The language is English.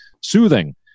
soothing